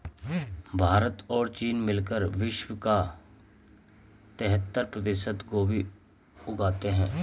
भारत और चीन मिलकर विश्व का तिहत्तर प्रतिशत गोभी उगाते हैं